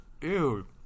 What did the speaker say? Ew